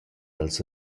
dals